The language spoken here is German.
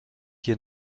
hier